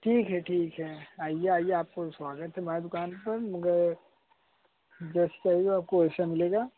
ठीक है ठीक है आइए आइए आपको स्वागत है हमारी दुकान पर मगर दश्तरई और कोशा मिलेगा